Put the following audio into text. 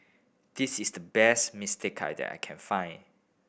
this is the best mistake that I can find